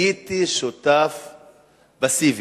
הייתי שותף פסיבי,